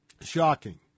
Shocking